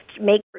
make